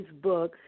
Facebook